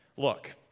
Look